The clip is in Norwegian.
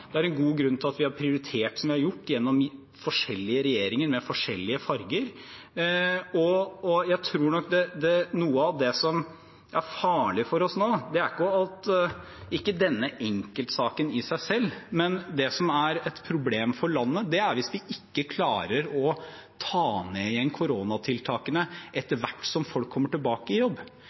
prioritert som vi har gjort gjennom forskjellige regjeringer med forskjellige farger. Jeg tror at noe av det som er farlig for oss nå, er ikke denne enkeltsaken i seg selv, men det som er et problem for landet, er hvis vi ikke klarer å ta ned igjen koronatiltakene etter hvert som folk kommer tilbake i jobb